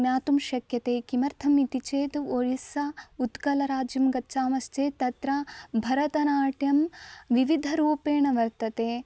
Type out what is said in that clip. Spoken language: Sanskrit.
ज्ञातुं शक्यते किमर्थम् इति चेत् ओरिस्सा उत्कलराज्यं गच्छामश्चेत् तत्र भरतनाट्यं विविधरूपेण वर्तते